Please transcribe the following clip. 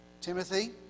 Timothy